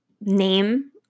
name